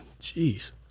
Jeez